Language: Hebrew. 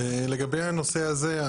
לגבי הנושא הזה,